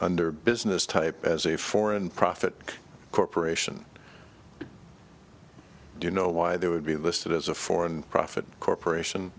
under business type as a foreign profit corporation do you know why they would be listed as a foreign profit corporation